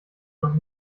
noch